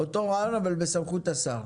אותו רעיון אבל בסמכות השר.